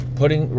putting